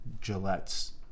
Gillette's